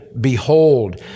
behold